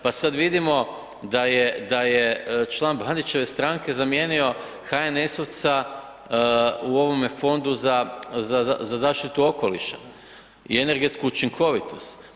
Pa sada vidimo da je član Bandićeve stranke zamijenio HNS-ovca u ovome Fondu za zaštitu okoliša i energetsku učinkovitost.